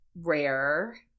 rare